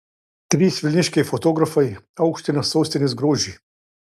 trys vilniškiai fotografai aukština sostinės grožį